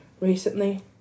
recently